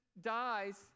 dies